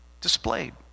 displayed